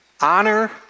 honor